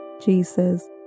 Jesus